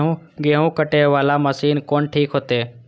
गेहूं कटे वाला मशीन कोन ठीक होते?